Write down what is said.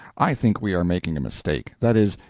i think we are making a mistake that is,